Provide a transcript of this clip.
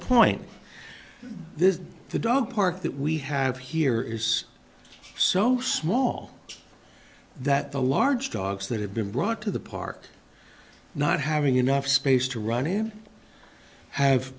this the dog park that we have here is so small that the large dogs that have been brought to the park not having enough space to run him have